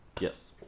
yes